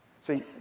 See